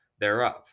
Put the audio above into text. thereof